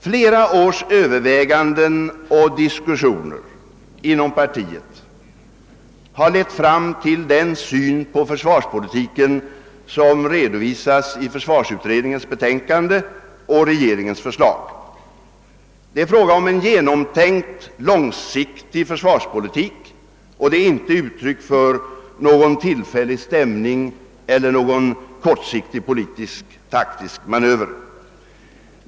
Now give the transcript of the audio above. Flera års överväganden och diskussioner inom partiet har lett fram till den syn på försvarspolitiken som rerovisas i försvarsutredningens betänkande och i regeringens förslag. Det är fråga om en genomtänkt, långsiktig försvarspolitik, och det är inte ut tryck för någon tillfällig stämning eller några kortsiktiga politiska taktiska manövrer.